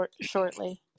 shortly